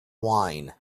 wine